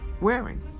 wearing